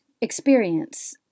experience